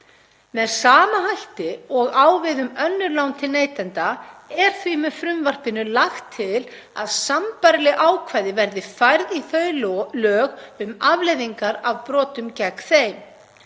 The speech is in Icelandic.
með sama hætti og á við um önnur lán til neytenda. Með frumvarpinu er lagt til að sambærileg ákvæði verði færð í þau lög um afleiðingar af brotum gegn þeim.